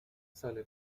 سال